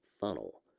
funnel